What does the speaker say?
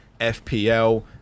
FPL